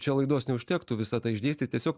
čia laidos neužtektų visą tą išdėstyt tiesiog